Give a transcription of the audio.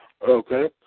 Okay